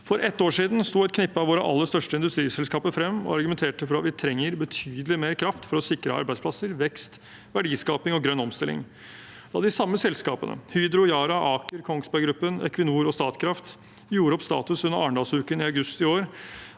For et år siden sto et knippe av våre aller største industriselskaper frem og argumenterte for at vi trenger betydelig mer kraft for å sikre arbeidsplasser, vekst, verdiskaping og grønn omstilling. Da de samme selskapene – Hydro, Yara, Aker, Kongsberg Gruppen, Equinor og Statkraft – gjorde opp status under Arendalsuka i august i år,